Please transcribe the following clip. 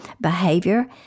behavior